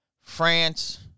...France